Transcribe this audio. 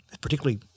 particularly